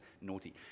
naughty